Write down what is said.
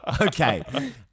Okay